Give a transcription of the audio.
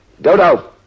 Dodo